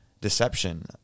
deception